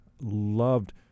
Loved